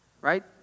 right